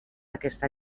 aquesta